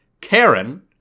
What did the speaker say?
Karen